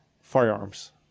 firearms